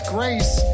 Grace